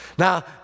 Now